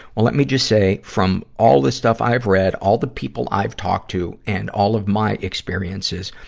well, let me just say from all the stuff i've read, all the people i've talked to, and all of my experiences,